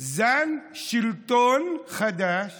זן שלטון חדש